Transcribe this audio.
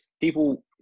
people